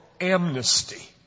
amnesty